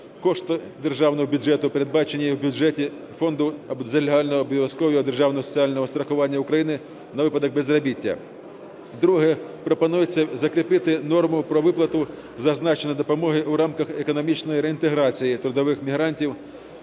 коштів державного бюджету, передбачених у бюджеті Фонду загальнообов'язкового державного соціального страхування України на випадок безробіття. Друге. Пропонується закріпити норму про виплату зазначеної допомоги у рамках економічної реінтеграції трудових мігрантів